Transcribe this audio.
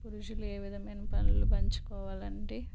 పురుషులు ఏ విధమైన పనులు పంచుకోవాలంటే